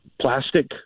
plastic